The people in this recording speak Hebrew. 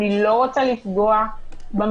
אני לא רוצה לפגוע במשילות.